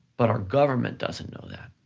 but our government doesn't know that.